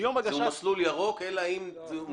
זה מסלול ירוק אלא אם הוא נפסל.